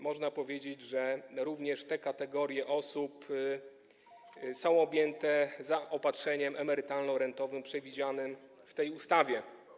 Można powiedzieć, że również te kategorie osób są objęte zaopatrzeniem emerytalno-rentowym przewidzianym w tej ustawie.